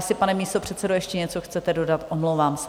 Jestli, pane místopředsedo, ještě někdo chcete dodat, omlouvám se.